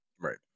Right